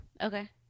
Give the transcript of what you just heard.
Okay